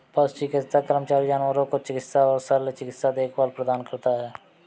पशु चिकित्सा कर्मचारी जानवरों को चिकित्सा और शल्य चिकित्सा देखभाल प्रदान करता है